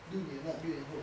六年 lah 六年后